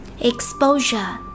Exposure